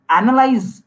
analyze